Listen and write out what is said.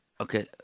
Okay